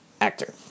Actor